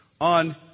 on